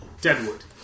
Deadwood